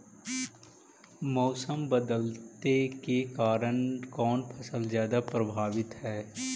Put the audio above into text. मोसम बदलते के कारन से कोन फसल ज्यादा प्रभाबीत हय?